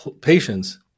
patients